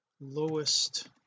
lowest